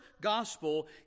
gospel